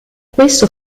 questo